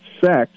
sex